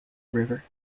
river